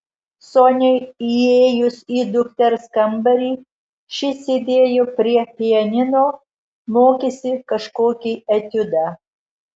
soniai įėjus į dukters kambarį ši sėdėjo prie pianino mokėsi kažkokį etiudą